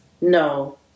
No